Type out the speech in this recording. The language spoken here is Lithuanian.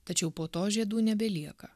tačiau po to žiedų nebelieka